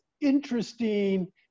interesting